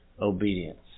obedience